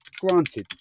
granted